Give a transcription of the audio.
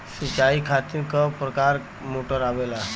सिचाई खातीर क प्रकार मोटर आवेला?